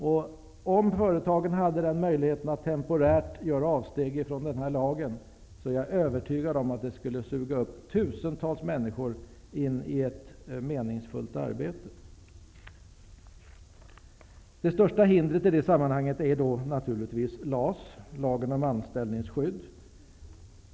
Om företagen hade möjlighet att temporärt göra avstånd från lagen, är jag övertygad om att de skulle suga upp tusentals människor in i ett meningsfullt arbete, Det största hindret i det sammanhanget är LAS, lagen om anställningsskydd.